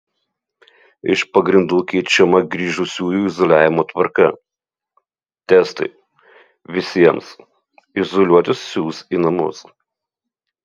iš pagrindų keičiama grįžusiųjų izoliavimo tvarką testai visiems izoliuotis siųs į namus